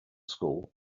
school